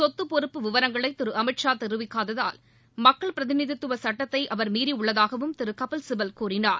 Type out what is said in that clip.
சொத்து பொறுப்பு விவரங்களை திரு அமித் ஷா தெரிவிக்காததால் மக்கள் பிரதிநிதித்துவ சுட்டத்தை அவர் மீறியுள்ளதாகவும் திரு கபில் சிபல் கூறினார்